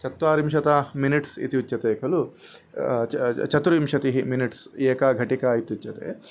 चत्वारिंशता minutes इत्युच्यते खलु चा चतुर्विंशतिः मिनिट्स् एका घटिका इत्युच्यते